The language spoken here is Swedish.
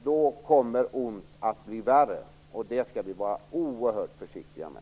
Då kommer ont att bli värre, och det skall vi vara oerhört försiktiga med.